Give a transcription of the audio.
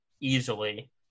easily